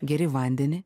geri vandenį